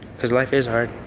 cause life is hard.